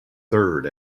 third